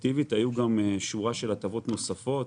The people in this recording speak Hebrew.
שורה של הטבות נוספות,